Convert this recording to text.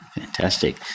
Fantastic